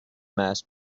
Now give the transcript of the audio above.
mass